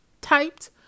typed